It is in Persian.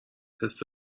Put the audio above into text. تست